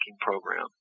program